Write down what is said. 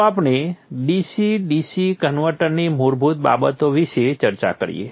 ચાલો આપણે DC DC કન્વર્ટરની મૂળભૂત બાબતો વિશે ચર્ચા કરીએ